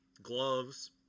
gloves